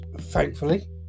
thankfully